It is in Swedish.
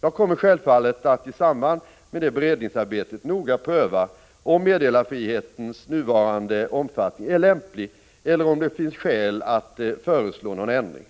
Jag kommer självfallet att i samband med det beredningsarbetet noga pröva om meddelarfrihetens nuvarande omfattning är lämplig eller om det finns skäl att föreslå någon ändring.